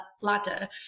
ladder